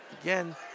again